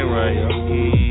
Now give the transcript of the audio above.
right